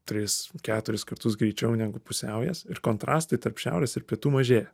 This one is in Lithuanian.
tris keturis kartus greičiau negu pusiaujas ir kontrastai tarp šiaurės ir pietų mažėja